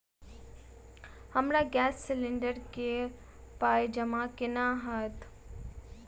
हमरा gas cylinder केँ पाई जमा केना हएत?